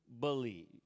believe